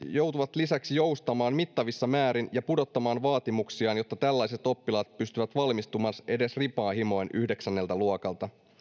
joutuvat lisäksi joustamaan mittavissa määrin ja pudottamaan vaatimuksiaan jotta tällaiset oppilaat pystyvät valmistumaan edes rimaa hipoen yhdeksänneltä luokalta